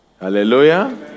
Hallelujah